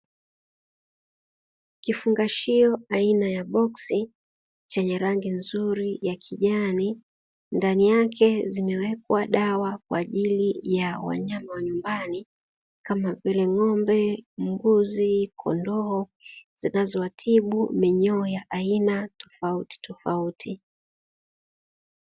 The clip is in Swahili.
Kifungashio aina ya boksi chenye rangi nzuri ya kijani, ndani yake zimewekwa dawa kwa ajili ya wanyama wa nyumbani kama vile: ng'ombe, mbuzi, kondoo zinazowatibu minyoo ya aina tofautitofauti.